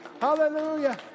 Hallelujah